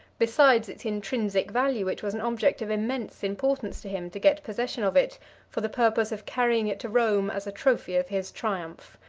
besides its intrinsic value, it was an object of immense importance to him to get possession of it for the purpose of carrying it to rome as a trophy of his triumph.